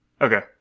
okay